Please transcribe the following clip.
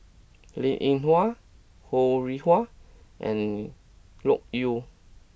Linn In Hua Ho Rih Hwa and Loke Yew